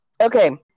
Okay